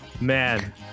Man